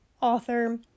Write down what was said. author